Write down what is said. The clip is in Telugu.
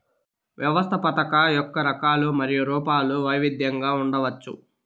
వ్యవస్థాపకత యొక్క రకాలు మరియు రూపాలు వైవిధ్యంగా ఉండవచ్చు